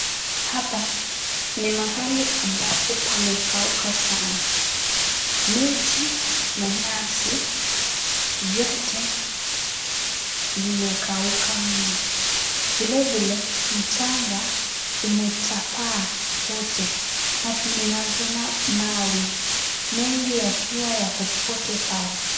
Hapa ni mahali ambapo pamekauka sana. Miti na nyasi vyote imekauka mno. Vilevile mchanga umetapaa wote na ninavyoona mawe mengi yakiwa yako pote pale.